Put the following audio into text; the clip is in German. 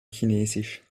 chinesisch